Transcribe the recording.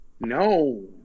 no